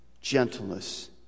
gentleness